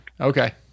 Okay